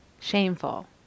shameful